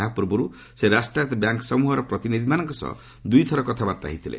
ଏହା ପୂର୍ବରୁ ସେ ରାଷ୍ଟ୍ରାୟତ ବ୍ୟାଙ୍କ୍ ସମ୍ଭହର ପ୍ରତିନିଧିମାନଙ୍କ ସହ ଦୁଇଥର କଥାବାର୍ତ୍ତା ହୋଇଥିଲେ